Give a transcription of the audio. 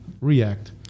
react